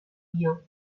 بیام